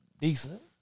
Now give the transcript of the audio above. decent